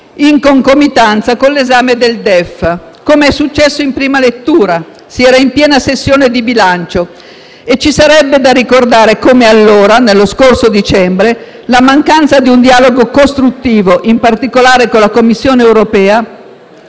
in concomitanza con l'esame del DEF, come è successo in prima lettura. Si era, allora, in piena sessione di bilancio. Ci sarebbe da ricordare come allora, nello scorso dicembre, la mancanza di un dialogo costruttivo, in particolare con la Commissione europea,